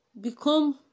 become